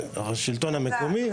השלטון המקומי או